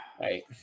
Right